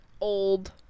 old